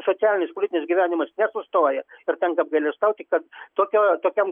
socialinis politinis gyvenimas nesustoja ir tenka apgailestauti kad tokioje tokiam